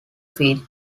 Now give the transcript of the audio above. fields